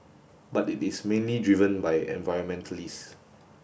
but it is mainly driven by environmentalists